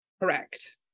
Correct